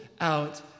out